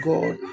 God